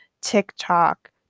TikTok